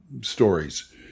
stories